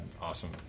awesome